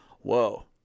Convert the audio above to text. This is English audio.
Whoa